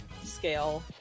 scale